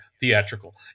theatrical